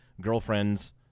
girlfriend's